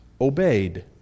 obeyed